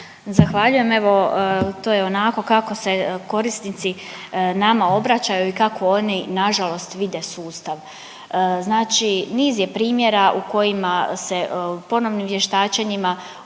Zahvaljujem. Evo, to je onako kako se korisnici nama obraćaju i kako oni nažalost vide sustav. Znači niz je primjera u kojima se ponovnim vještačenjima osobe